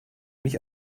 mich